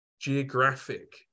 geographic